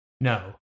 No